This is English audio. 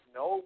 no